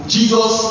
Jesus